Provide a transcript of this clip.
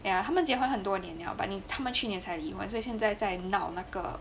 ya 他们结婚很多年了 but then 他们去年才离婚所以现在在闹那个